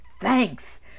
thanks